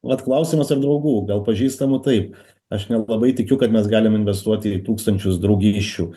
vat klausimas ar draugų gal pažįstamų taip aš nelabai tikiu kad mes galim investuoti į tūkstančius draugysčių